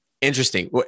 interesting